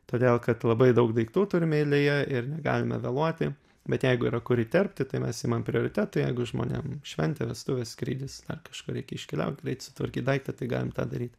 todėl kad labai daug daiktų turim eilėje ir negalime vėluoti bet jeigu yra kur įterpti tai mes imam prioritetą jeigu žmonėm šventė vestuvės skrydis dar kažkur reikia iškeliaut greit sutvarkyt daiktą tai galim tą daryt